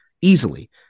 easily